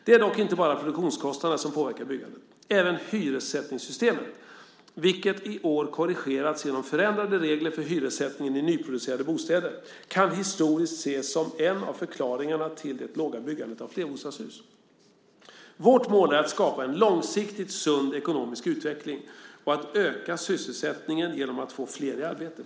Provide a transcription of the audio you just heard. Det är dock inte bara produktionskostnaderna som påverkar byggandet. Även hyressättningssystemet, vilket i år korrigerats genom förändrade regler för hyressättningen i nyproducerade bostäder, kan historiskt ses som en av förklaringarna till det låga byggandet av flerbostadshus. Vårt mål är att skapa en långsiktigt sund ekonomisk utveckling och att öka sysselsättningen genom att få flera i arbete.